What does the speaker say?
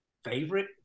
Favorite